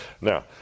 Now